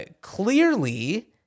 clearly